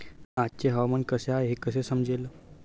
आजचे हवामान कसे आहे हे कसे समजेल?